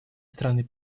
страны